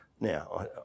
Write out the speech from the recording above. Now